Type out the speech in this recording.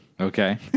Okay